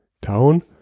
Town